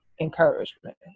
encouragement